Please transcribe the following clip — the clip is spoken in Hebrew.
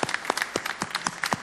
(מחיאות כפיים)